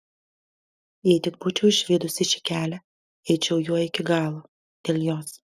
jei tik būčiau išvydusi šį kelią eičiau juo iki galo dėl jos